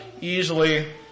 easily